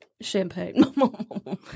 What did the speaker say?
champagne